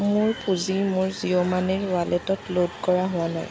মোৰ পুঁজি মোৰ জিঅ' মাণিৰ ৱালেটত ল'ড কৰা হোৱা নাই